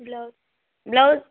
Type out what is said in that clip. blouse blouse